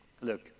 look